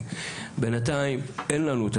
בינתיים אין לנו,